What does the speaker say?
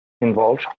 involved